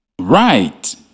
Right